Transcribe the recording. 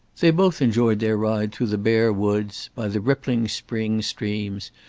they both enjoyed their ride through the bare woods, by the rippling spring streams,